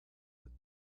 with